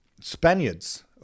Spaniards